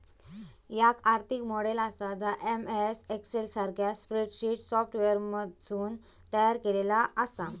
याक आर्थिक मॉडेल आसा जा एम.एस एक्सेल सारख्या स्प्रेडशीट सॉफ्टवेअरमधसून तयार केलेला आसा